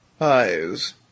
eyes